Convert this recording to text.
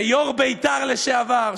ויו"ר בית"ר לשעבר,